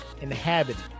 inhabited